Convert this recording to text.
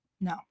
No